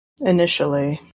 Initially